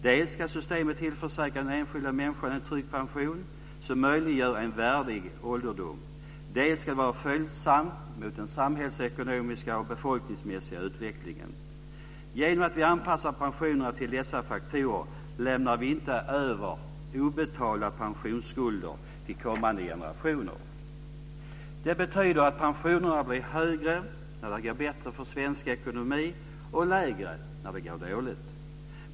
Dels ska systemet tillförsäkra den enskilde människan en trygg pension som möjliggör en värdig ålderdom, dels ska det vara följsamt mot den samhällsekonomiska och befolkningsmässiga utvecklingen. Genom att vi anpassar pensionerna till dessa faktorer lämnar vi inte över obetalda pensionsskulder till kommande generationer. Det betyder att pensionerna blir högre när det går bättre för svensk ekonomi och lägre när det går dåligt.